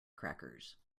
crackers